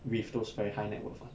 with those very high net worth [one]